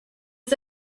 was